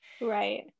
Right